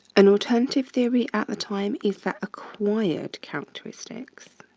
an alternative theory at the time is the acquired characteristics.